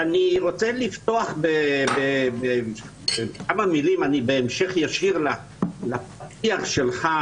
אני רוצה לפתוח בכמה מילים בהמשך ישיר לפתיח שלך,